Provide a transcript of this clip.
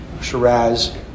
Shiraz